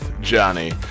Johnny